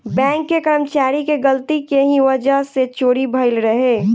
bank के कर्मचारी के गलती के ही वजह से चोरी भईल रहे